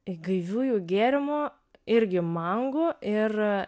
į gaiviųjų gėrimų irgi mangų ir